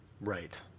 Right